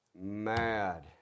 mad